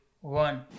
one